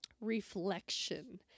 reflection